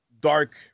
dark